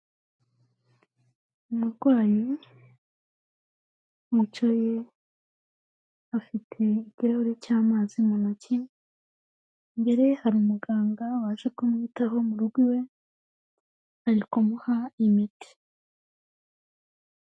Umurwayi wicaye afite ikirahuri cy'amazi mu ntoki, imbere ye hari umuganga waje kumwitaho mu rugo iwe, ari kumuha imiti.